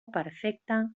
perfecta